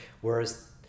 whereas